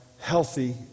healthy